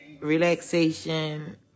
relaxation